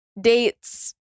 dates